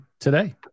today